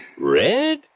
Red